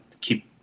keep